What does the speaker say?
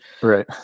Right